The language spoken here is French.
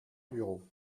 bureau